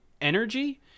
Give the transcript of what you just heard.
energy